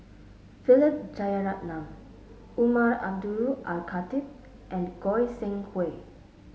Philip Jeyaretnam Umar Abdullah Al Khatib and Goi Seng Hui